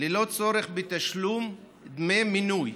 ללא צורך בתשלום דמי מינוי.